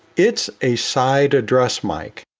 it's a side address mic.